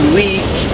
weak